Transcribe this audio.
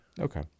Okay